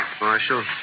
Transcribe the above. Marshal